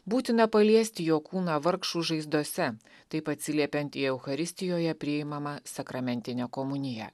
būtina paliesti jo kūną vargšų žaizdose taip atsiliepiant į eucharistijoje priimamą sakramentinę komuniją